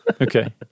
Okay